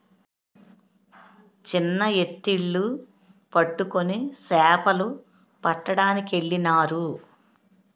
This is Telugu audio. చిన్న ఎత్తిళ్లు పట్టుకొని సేపలు పట్టడానికెళ్ళినారు